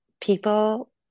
people